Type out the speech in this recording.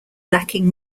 lacking